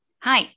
hi